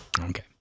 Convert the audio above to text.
Okay